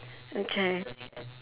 okay